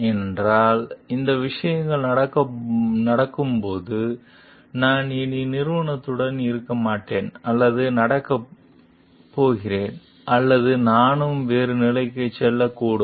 ஏனென்றால் இந்த விஷயங்கள் நடக்கும்போது நான் இனி நிறுவனத்துடன் இருக்க மாட்டேன் அல்லது நடக்கப்போகிறேன் அல்லது நானும் வேறு நிலைக்கு செல்லக்கூடும்